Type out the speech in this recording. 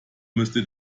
müsste